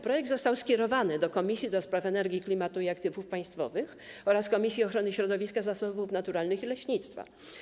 Projekt został skierowany do Komisji do Spraw Energii, Klimatu i Aktywów Państwowych oraz Komisji Ochrony Środowiska, Zasobów Naturalnych i Leśnictwa.